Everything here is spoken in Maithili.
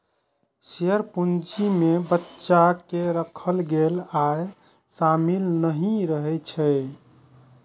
शेयर पूंजी मे बचा कें राखल गेल आय शामिल नहि रहै छै